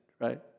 right